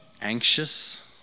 anxious